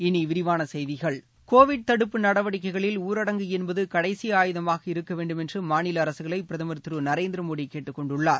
இனி விரிவான செய்திகள் கோவிட் தடுப்பு நடவடிக்கைகளில் ஊரடங்கு என்பது கடைசி ஆயுதமாக இருக்க வேண்டும் என்று மாநில அரசுகளை பிரதமர் திரு நரேந்திர மோடி கேட்டுக்கொண்டுள்ளார்